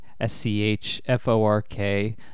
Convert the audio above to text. S-C-H-F-O-R-K